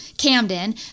Camden